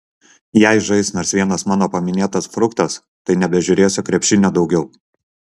jei žais nors vienas mano paminėtas fruktas tai nebežiūrėsiu krepšinio daugiau